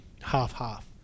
half-half